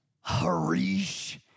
Harish